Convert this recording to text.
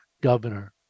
governor